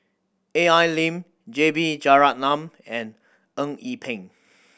A L Lim J B Jeyaretnam and Eng Yee Peng